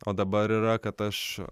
o dabar yra kad aš